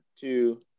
two